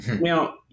Now